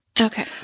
Okay